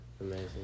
Amazing